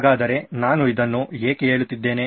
ಹಾಗಾದರೆ ನಾನು ಇದನ್ನು ಏಕೆ ಹೇಳುತ್ತಿದ್ದೇನೆ